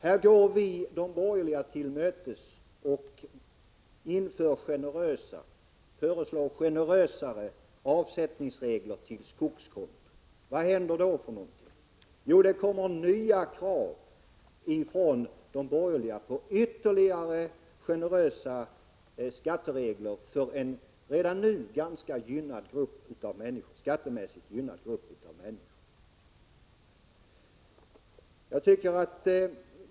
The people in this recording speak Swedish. Här går vi de borgerliga till mötes och föreslår generösare avsättningsregler till skogskonto. Vad händer då? Jo, det kommer nya krav från de borgerliga på ytterligare generösa skatteregler för en redan nu skattemässigt ganska gynnad grupp människor.